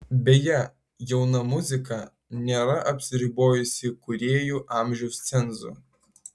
beje jauna muzika nėra apsiribojusi kūrėjų amžiaus cenzu